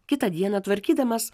kitą dieną tvarkydamas